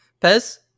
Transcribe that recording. Pez